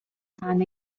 town